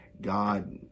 God